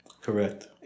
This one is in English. Correct